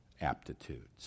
aptitudes